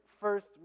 first